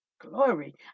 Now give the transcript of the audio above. Glory